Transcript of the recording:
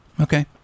okay